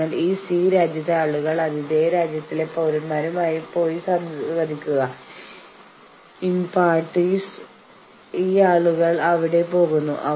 അതിനാൽ ഹിന്ദി വാക്കുകൾ ഉപയോഗിക്കാനുള്ള സ്വാതന്ത്ര്യം ഞാൻ എടുക്കാൻ പോകുന്നു